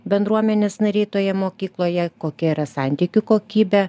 bendruomenės nariai toje mokykloje kokia yra santykių kokybė